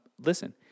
Listen